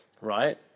Right